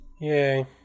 Yay